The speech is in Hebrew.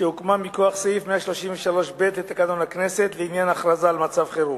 שהוקמה מכוח סעיף 133ב לתקנון הכנסת לעניין הכרזה על מצב חירום.